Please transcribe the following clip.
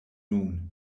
nun